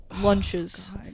lunches